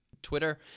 Twitter